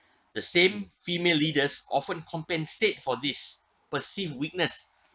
the same female leaders often compensate for this perceived weakness